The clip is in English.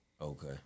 Okay